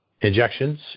injections